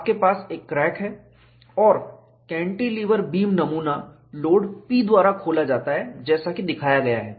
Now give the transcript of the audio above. आपके पास एक क्रैक है और कैंटिलीवर बीम नमूना लोड P द्वारा खोला जाता है जैसा कि दिखाया गया है